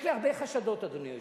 יש לי הרבה חשדות, אדוני היושב-ראש,